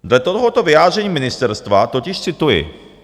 Dle tohoto vyjádření ministerstva totiž cituji: